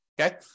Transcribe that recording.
Okay